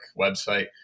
website